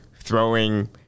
throwing